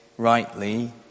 rightly